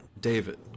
David